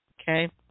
Okay